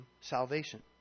salvation